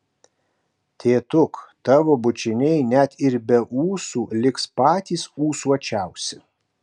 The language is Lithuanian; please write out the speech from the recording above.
tėtuk tavo bučiniai net ir be ūsų liks patys ūsuočiausi